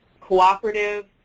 cooperative